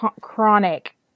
chronic